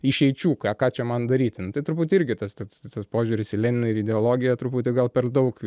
išeičių ką ką čia man daryti na tai turbūt irgi tas tas tas požiūris į leniną ir ideologiją truputį gal per daug